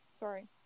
Sorry